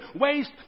waste